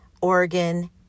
Oregon